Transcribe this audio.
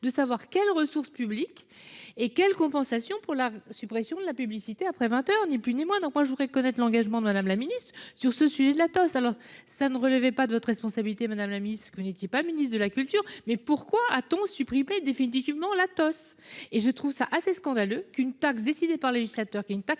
de savoir quelles ressources publiques et quelle compensation pour la suppression de la publicité après 20h, ni plus ni moins. Donc moi je voudrais connaître l'engagement de Madame la Ministre sur ce sujet de la tasse alors ça ne relevait pas de votre responsabilité Madame la Ministre que vous n'étiez pas ministre de la culture. Mais pourquoi a-t-on supprimé définitivement l'Athos et je trouve ça assez scandaleux qu'une taxe décidée par le législateur qui est une taxe